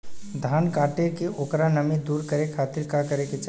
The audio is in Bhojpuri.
धान कांटेके ओकर नमी दूर करे खाती का करे के चाही?